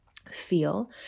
Feel